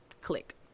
click